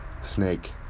snake